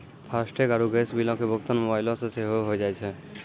FASTag आरु gas बिलो के भुगतान मोबाइलो से सेहो होय जाय छै